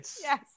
Yes